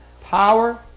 power